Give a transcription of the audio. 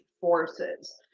forces